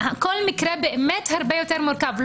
כל מקרה באמת הרבה יותר מורכב.